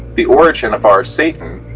the origin of our satan,